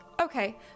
Okay